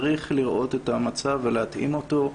צריך לראות את המצב ולהתאים אותו.